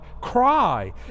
cry